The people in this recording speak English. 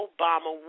Obama